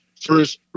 first